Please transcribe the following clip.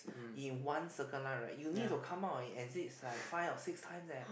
in one Circle-Line right you need to come out and exit like five or six times eh